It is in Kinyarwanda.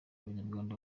abanyarwanda